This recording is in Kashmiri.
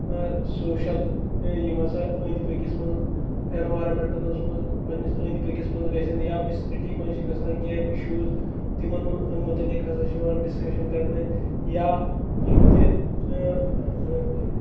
سوشَل یِم ہَسا أنٛدۍ پٔکِس منٛز اٮ۪نوارَمٮ۪نٛٹَلَس منٛز پنٛنِس أنٛدۍ پٔکِس منٛز گژھن یا وِسنِٹی منٛز چھِ گژھان کیٚنٛہہ اِشوٗز تِمَن مُتعلِق ہَسا چھِ یِوان ڈِسکشَن کَرنہٕ یا یِم تہِ